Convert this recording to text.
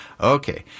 Okay